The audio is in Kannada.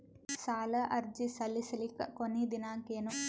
ಸಾಲ ಅರ್ಜಿ ಸಲ್ಲಿಸಲಿಕ ಕೊನಿ ದಿನಾಂಕ ಏನು?